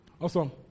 Awesome